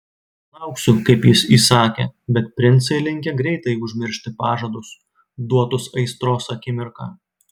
lauksiu kaip jis įsakė bet princai linkę greitai užmiršti pažadus duotus aistros akimirką